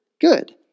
Good